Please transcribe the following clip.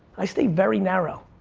i stay very narrow,